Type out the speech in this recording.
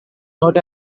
not